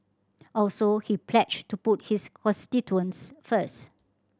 also he pledged to put his constituents first